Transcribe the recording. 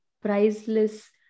priceless